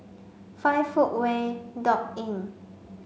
five footway dot Inn